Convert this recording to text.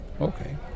okay